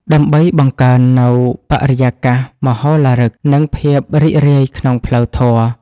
ដើម្បីបង្កើននូវបរិយាកាសមហោឡារិក និងភាពរីករាយក្នុងផ្លូវធម៌។